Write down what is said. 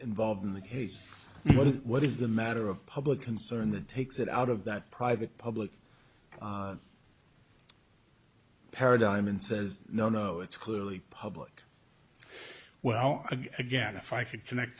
involved in the case but what is the matter of public concern that takes it out of that private public paradigm and says no no it's clearly public well again if i could connect